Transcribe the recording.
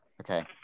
Okay